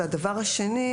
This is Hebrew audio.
הדבר השני,